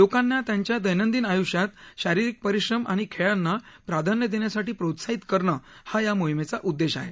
लोकांना त्यांच्या दैनंदिन आयूष्यात शारिरीक परिश्रम आणि खेळांना प्राधान्य देण्यासाठी प्रोत्साहित करणं हा या मोहिमेचा उद्देश आहे